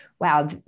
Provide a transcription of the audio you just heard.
wow